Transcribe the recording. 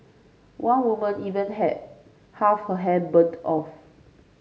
one woman even had half her hair burned off